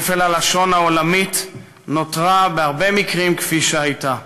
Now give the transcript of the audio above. כפל הלשון העולמי נותר בהרבה מקרים כפי שהיה.